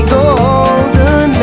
golden